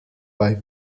bei